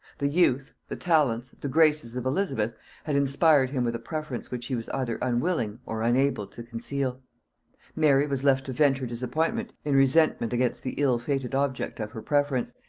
the youth, the talents, the graces of elizabeth had inspired him with a preference which he was either unwilling or unable to conceal mary was left to vent her disappointment in resentment against the ill-fated object of her preference,